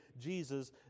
Jesus